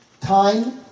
Time